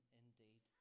indeed